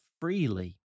freely